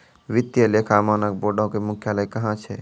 वित्तीय लेखा मानक बोर्डो के मुख्यालय कहां छै?